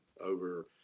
over